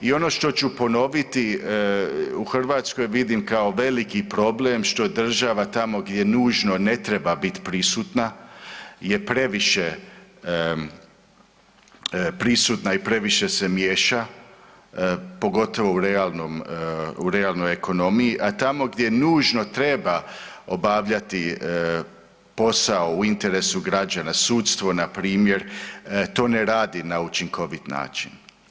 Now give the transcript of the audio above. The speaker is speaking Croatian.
I ono što ću ponoviti u Hrvatskoj vidim kao veliki problem što država tamo gdje nužno ne treba biti prisutna je previše prisutna i previše se miješa, pogotovo u realnoj ekonomiji, a tamo gdje nužno treba obavljati posao u interesu građana, sudstvo npr. to ne radi na učinkovit način.